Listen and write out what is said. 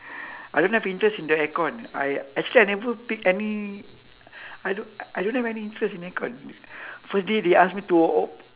I don't have interest in the aircon I actually I never pick any I don't I don't have any interest in aircon first day they ask me to o~